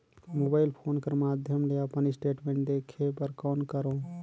Mobile phone कर माध्यम ले अपन स्टेटमेंट देखे बर कौन करों?